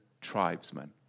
tribesmen